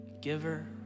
giver